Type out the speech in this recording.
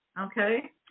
okay